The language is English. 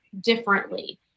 differently